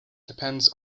depends